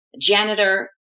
janitor